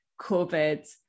COVID